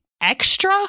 extra